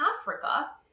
Africa